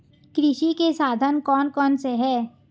कृषि के साधन कौन कौन से हैं?